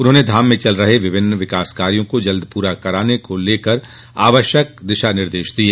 उन्होंने धाम में चल रहे विभिन्न विकास कार्यों को जल्द पूरा करने को लेकर आवश्यक दिशा निर्देश दिए